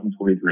2023